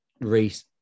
Reese